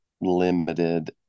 limited